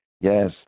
Yes